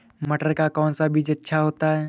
मटर का कौन सा बीज अच्छा होता हैं?